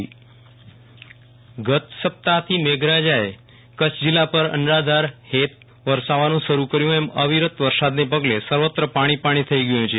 વિરલ રાણા વરસાદ ગત સપ્તાહથી મેઘરાજાએ કચ્છ જીલ્લા પર અનરાધાર હેત વરસાવવાનું શરૂ કર્યું હોથ એમ અવિરત વરસાદ ને પગલે સર્વત્ર પાણી જ પાણી થઇ ગયું છે